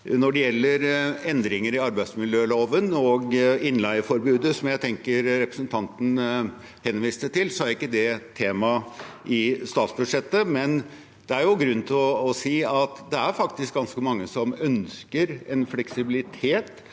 Når det gjelder endringer i arbeidsmiljøloven og innleieforbudet, som jeg tror representanten henviste til, er det ikke et tema i statsbudsjettet, men det er grunn til å si at det faktisk er ganske mange som ønsker en fleksibilitet